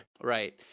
Right